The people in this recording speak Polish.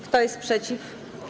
Kto jest przeciw?